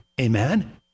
Amen